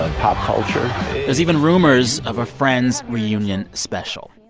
ah pop culture there's even rumors of a friends reunion special.